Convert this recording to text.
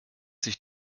sich